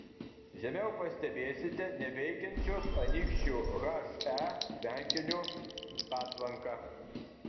žemiau pastebėsite neveikiančios anykščių he tvenkinio patvanką